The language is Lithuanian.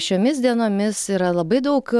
šiomis dienomis yra labai daug